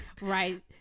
Right